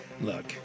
Look